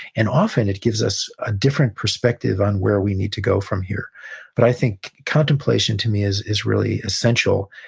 and often, it gives us a different perspective on where we need to go from here but i think contemplation, to me, is is really essential.